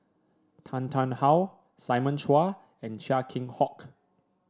Tan Tarn How Simon Chua and Chia Keng Hock